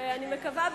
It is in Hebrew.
ואני מקווה,